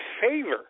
favor